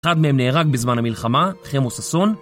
אחד מהם נהרג בזמן המלחמה, חמו ששון